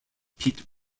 pete